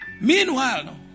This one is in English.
Meanwhile